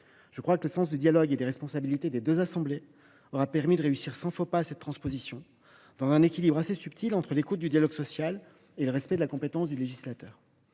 parlementaire. Le sens du dialogue et des responsabilités des deux assemblées aura permis de réussir sans faux pas cette transposition, dans un équilibre subtil entre l’écoute du dialogue social et le respect de la compétence du législateur.